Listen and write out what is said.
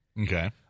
okay